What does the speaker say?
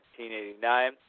1989